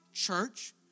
church